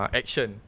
action